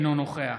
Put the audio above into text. אינו נוכח